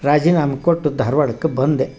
ರಾಜೀನಾಮೆ ಕೊಟ್ಟು ಧಾರ್ವಾಡಕ್ಕೆ ಬಂದೆ